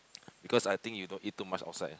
because I think you don't eat too much outside